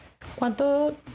¿Cuánto